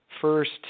first